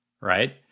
Right